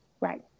Right